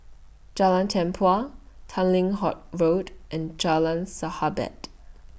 Jalan Tempua Tanglin Halt Road and Jalan Sahabat